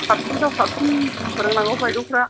साबसिननिफ्राय साबसिन फोरोंनांगौ बायद'फ्रा